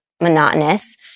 monotonous